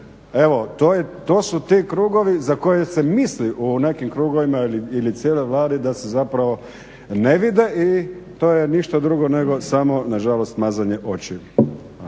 Evo, to su ti krugovi za koje se misli u nekim krugovima ili cijeloj Vladi da se zapravo ne vide i to je ništa drugo nego samo nažalost mazanje očiju.